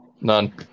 None